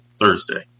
Thursday